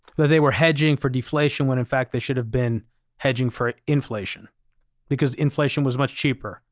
well, they were hedging for deflation when in fact they should have been hedging for inflation because inflation was much cheaper.